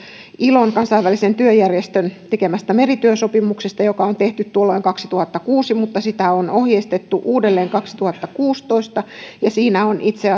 ilon kansainvälisen työjärjestön tekemästä merityösopimuksesta joka on tehty tuolloin kaksituhattakuusi ja jota on ohjeistettu uudelleen kaksituhattakuusitoista tässä sopimuksessa on itse